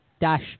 Dash